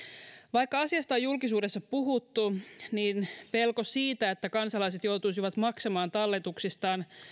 vaikka asiasta on julkisesti puhuttu niin pelko siitä että kansalaiset joutuisivat maksamaan talletuksistaan